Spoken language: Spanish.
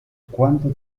cuánto